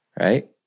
Right